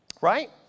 right